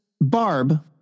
barb